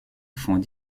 font